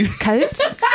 coats